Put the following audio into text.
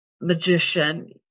magician